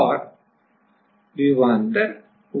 और विभवांतर V है